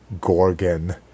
Gorgon